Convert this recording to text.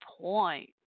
point